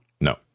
No